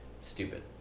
stupid